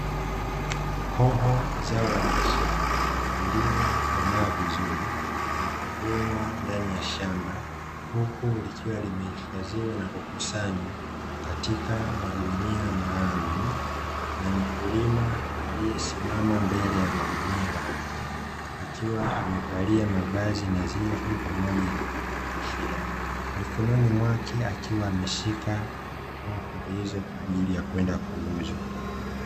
Hoho zao la biashara, lilikomaa vizuri na kuvunywa ndani ya shamba, huku likiwa limehifadhiwa vizuri na kukusanywa katika magunia maalumu na mkulima aliyesimama mbele ya magunia hayo akiwa amevalia mavazi nadhifu pamoja na kofia, mikononi mwake akiwa ameshika hoho hizo kwa ajili ya kwenda kuuza.